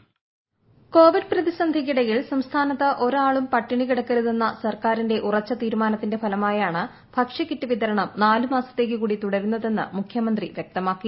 voice Covid പ്രതിസന്ധിക്കിടയിൽ സംസ്ഥാനത്ത് ഒരാളും പട്ടിണി കിടക്കരുതെന്ന സർക്കാരിന്റെ ഉറച്ച തീരുമാനത്തിന്റെ ഫലമായാണ് ഭക്ഷ്യക്കിറ്റ് വിതരണം നാല് മാസത്തേക്ക് കൂടി തുടരുന്നതെന്ന് മുഖ്യമന്ത്രി വ്യക്തമാക്കി